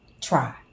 try